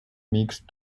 mixed